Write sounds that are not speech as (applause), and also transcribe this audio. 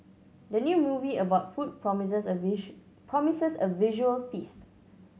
the new movie about food promises a (unintelligible) promises a visual feast